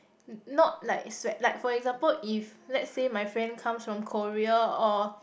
not like sweat like for example if let's say my friend comes from Korea or